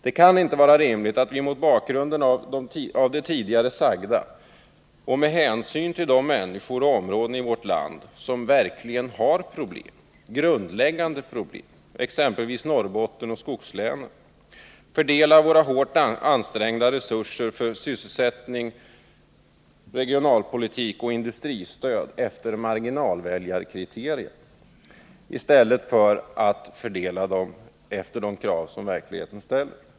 Det kan mot bakgrund av det tidigare sagda och med hänsyn till de människor och områden i vårt land som verkligen har grundläggande problem, exempelvis Norrbotten och skogslänen, inte vara rimligt att vi fördelar våra hårt ansträngda resurser för sysselsättning, regionalpolitik och industristöd efter marginalväljarkriterier i stället för efter de krav som verkligheten ställer.